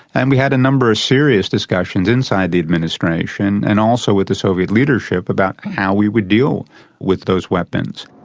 and we had a number of serious discussions inside the administration and also with the soviet leadership about how we would deal with those weapons.